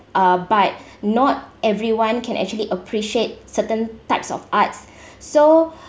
uh but not everyone can actually appreciate certain types of arts so